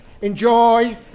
Enjoy